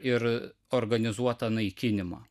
ir organizuotą naikinimą